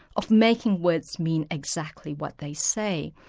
of making words mean exactly what they say.